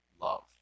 love